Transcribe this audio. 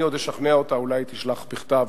אני עוד אשכנע, אולי היא תשלח מכתב